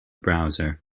browser